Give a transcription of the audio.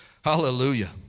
Hallelujah